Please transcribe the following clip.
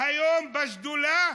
היום בשדולה,